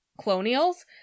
colonials